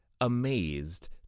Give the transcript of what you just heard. amazed